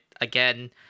again